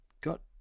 got